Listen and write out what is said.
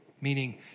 meaning